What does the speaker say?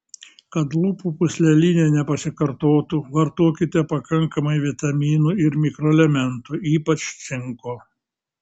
kad lūpų pūslelinė nepasikartotų vartokite pakankamai vitaminų ir mikroelementų ypač cinko